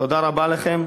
תודה רבה לכם,